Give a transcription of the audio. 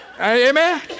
Amen